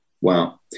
Wow